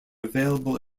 available